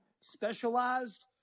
specialized